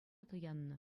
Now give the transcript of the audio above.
туяннӑ